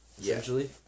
essentially